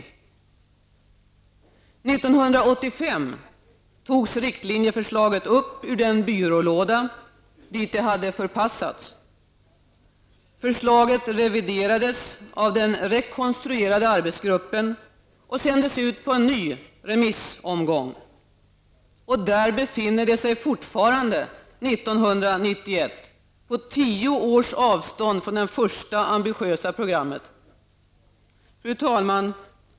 1985 togs riktlinjeförslaget upp ur den byrålåda dit det hade förpassats. Förslaget reviderades av den rekonstruerade arbetsgruppen och sändes ut på en ny remissomgång. Där befinner det sig fortfarande 1991, på tio års avstånd från det första ambitiösa programmet! Fru talman!